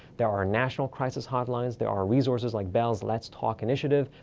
there are national crisis hotlines, there are resources like bell's let's talk initiative,